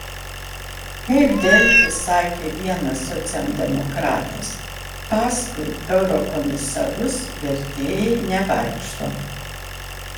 kaip delfi sakė vienas socialdemokratas paskui eurokomisarus vertėjai nevaikšto